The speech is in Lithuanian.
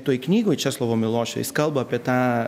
toj knygoj česlovo milošo jis kalba apie tą